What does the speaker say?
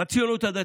בציונות הדתית,